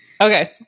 Okay